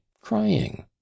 crying